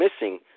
missing